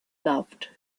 loved